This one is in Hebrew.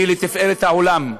שהיא לתפארת, לעולם.